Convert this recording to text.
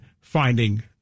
finding